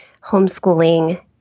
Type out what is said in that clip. homeschooling